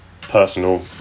personal